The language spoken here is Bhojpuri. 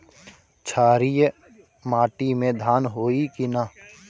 क्षारिय माटी में धान होई की न?